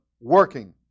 working